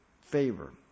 favor